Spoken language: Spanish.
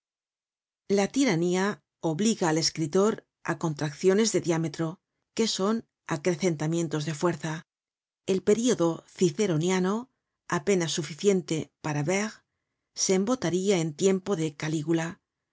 la tiranía obliga al escritor á contracciones de diámetro que son acrecentamientos de fuerza el período ciceroniano apenas suficiente para verres se embotaria en tiempo de calígula